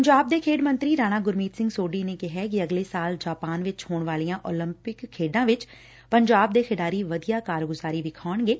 ਪੰਜਾਬ ਦੇ ਖੇਡ ਮੰਤਰੀ ਰਾਣਾ ਗੁਰਮੀਤ ਸਿੰਘ ਸੋਢੀ ਨੇ ਕਿਹਾ ਕਿ ਅਗਲੇ ਸਾਲ ਜਾਪਾਨ ਵਿਚ ਹੋਣ ਵਾਲੀਆਂ ਉਲੰਪਿਕ ਖੇਡਾਂ ਵਿਚ ਪੰਜਾਬ ਦੇ ਖਿਡਾਰੀ ਵਧੀਆ ਕਾਰਗੁਜਾਰੀ ਵਿਖਾਉਣਗੇ